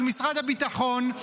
של משרד הביטחון.